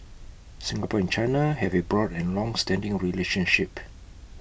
Singapore and China have A broad and longstanding relationship